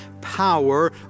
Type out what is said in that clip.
power